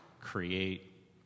create